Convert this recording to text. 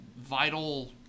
vital